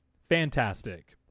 fantastic